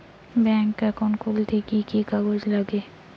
Bank account খুলতে কি কি কাগজ লাগে?